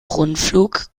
rundflug